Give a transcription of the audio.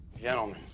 Gentlemen